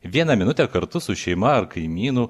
vieną minutę kartu su šeima ar kaimynu